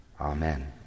Amen